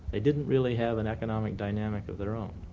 they didn't really have an economic dynamic of their own.